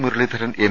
Muraleedharan M